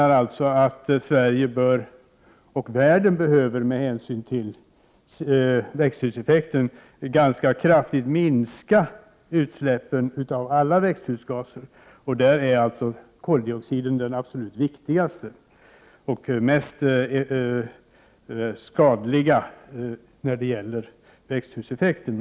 Sverige och världen behöver, med hänsyn till växthuseffekten, ganska kraftigt minska utsläppen av alla växthusgaser. Och koldioxiden är den absolut viktigaste och skadligaste när det gäller växthuseffekten.